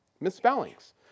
misspellings